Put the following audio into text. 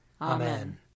Amen